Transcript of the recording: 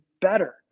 better